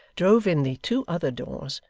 drove in the two other doors,